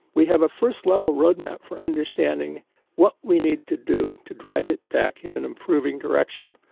we have a first-level road map for understanding what we need to do to drive it back in an improving direction.